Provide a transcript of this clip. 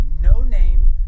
no-named